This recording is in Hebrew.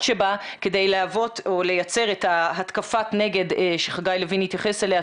שבה כדי לייצר את התקפת הנגד שחגי לוי התייחס אליה.